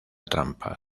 trampa